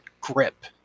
grip